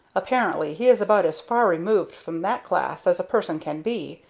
apparently he is about as far removed from that class as a person can be.